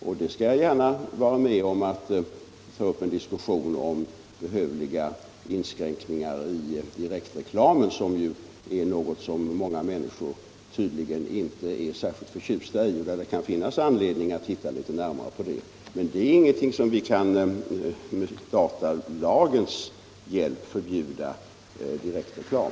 Jag skall gärna vara med om att diskutera behövliga inskränkningar i direktreklamen, som tydligen många människor inte är så förtjusta i och som det kan finnas anledning att närmare studera. Men man kan inte med 'datalagens hjälp förbjuda direktreklam.